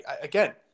Again